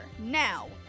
now